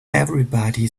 everybody